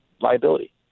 liability